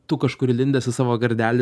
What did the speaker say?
tu kažkur įlindęs į savo gardelį